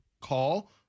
call